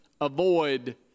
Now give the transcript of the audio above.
avoid